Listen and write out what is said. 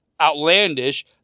outlandish